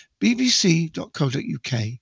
bbc.co.uk